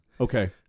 Okay